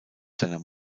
seiner